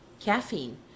caffeine